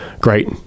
great